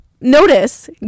notice